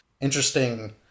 interesting